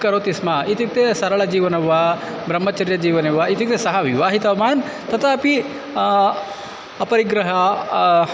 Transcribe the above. करोति स्म इत्युक्ते सरलजीवनं वा ब्रह्मचर्यजीवने वा इत्युक्ते सः विवाहितवान् तथापि अपरिग्रहः